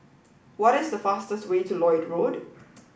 what is the fastest way to Lloyd Road